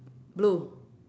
blue